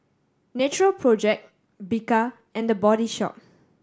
Natural Project Bika and The Body Shop